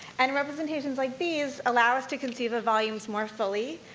and representations like these allow us to conceive of volumes more fully,